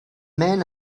men